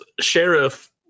Sheriff